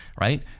right